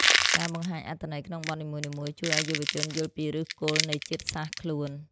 ការបង្ហាញអត្ថន័យក្នុងបទនីមួយៗ ជួយឱ្យយុវជនយល់ពីឫសគល់នៃជាតិសាសន៍ខ្លួន។